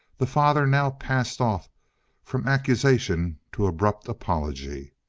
the father now passed off from accusation to abrupt apology.